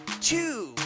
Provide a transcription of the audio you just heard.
Two